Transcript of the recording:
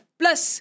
plus